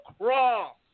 cross